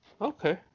okay